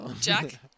Jack